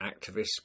activists